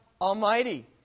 Almighty